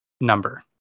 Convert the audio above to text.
number